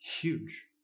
huge